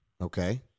okay